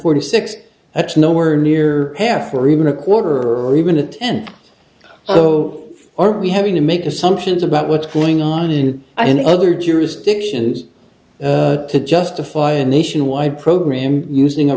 forty six that's nowhere near half or even a quarter or even a tenth so are we having to make assumptions about what's going on in other jurisdictions to justify a nationwide program using a